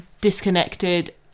disconnected